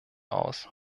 aus